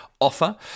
offer